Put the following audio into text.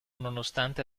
nonostante